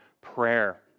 prayer